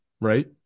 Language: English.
right